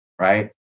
right